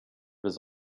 was